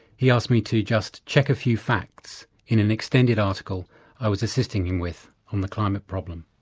he asked me to just check a few facts in an extended article i was assisting him with on the climate problem.